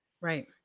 right